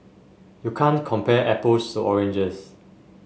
you can't compare apples to oranges